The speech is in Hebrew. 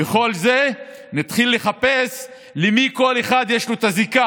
ועם כל זה נתחיל לחפש למי לכל אחד מהם יש זיקה,